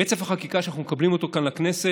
רצף החקיקה שאנחנו מקבלים אותו כאן לכנסת,